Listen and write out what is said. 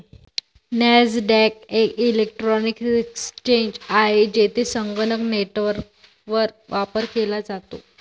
Nasdaq एक electronic exchange आहे, जेथे संगणक नेटवर्कवर व्यापार केला जातो